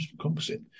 composite